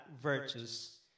virtues